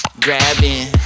Grabbing